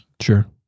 Sure